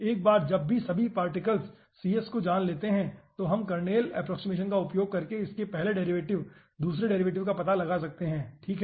एक बार जब मैं सभी पार्टिकल को जान लेता हूं तो हम कर्नेल अप्प्रोक्सिमेशन का उपयोग करके इसके पहले डेरिवेटिव दूसरे डेरिवेटिव का पता लगा सकते हैं ठीक है